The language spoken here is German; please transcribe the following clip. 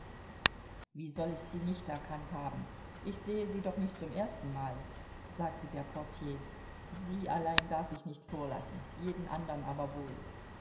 wie soll ich sie nicht erkannt haben ich sehe sie doch nicht zum erstenmal sagte der portier sie allein darf ich nicht vorlassen jeden anderen aber wohl